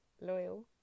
Loyal